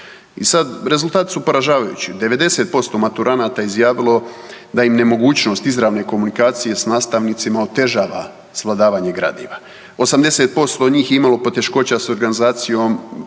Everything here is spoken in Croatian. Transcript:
I sad rezultati su poražavajući. 90% maturanata izjavilo da im nemogućnost izravne komunikacije s nastavnicima otežava svladavanje gradiva, 80% njih je imalo poteškoća s organizacijom